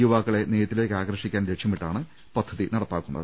യുവാ ക്കളെ നെയ്ത്തിലേക്ക് ആകർഷിക്കാൻ ലക്ഷ്യമിട്ടാണ് പദ്ധതി നടപ്പാ ക്കുന്നത്